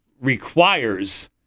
requires